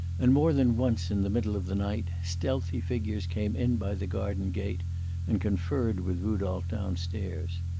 and more than once in the middle of the night stealthy figures came in by the garden gate and conferred with rudolph down-stairs.